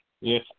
Yes